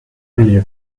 milieu